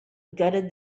gutted